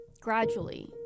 Gradually